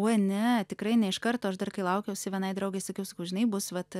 oi ne tikrai ne iš karto aš dar kai laukiausi vienai draugei sakiau sakau žinai bus vat